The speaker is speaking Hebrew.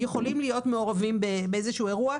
יכולים להיות מעורבים באיזשהו אירוע,